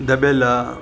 दबियल आहे